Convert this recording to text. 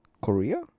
Korea